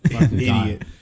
idiot